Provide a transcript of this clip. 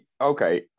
okay